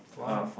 !wow!